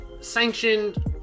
sanctioned